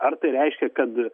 ar tai reiškia kad